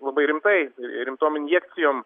labai rimtai rimtom injekcijom